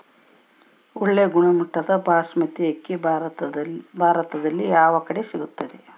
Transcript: ಒಳ್ಳೆ ಗುಣಮಟ್ಟದ ಬಾಸ್ಮತಿ ಅಕ್ಕಿ ಭಾರತದಲ್ಲಿ ಯಾವ ಕಡೆ ಸಿಗುತ್ತದೆ?